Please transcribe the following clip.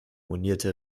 monierte